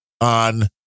on